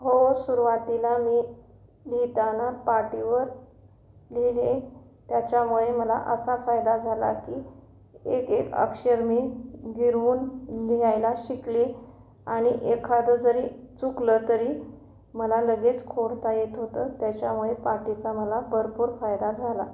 हो सुरुवातीला मी लिहिताना पाटीवर लिहिले त्याच्यामुळे मला असा फायदा झाला की एकएक अक्षर मी गिरवून लिहायला शिकले आणि एखादं जरी चुकलं तरी मला लगेच खोडता येत होतं त्याच्यामुळे पाटीचा मला भरपूर फायदा झाला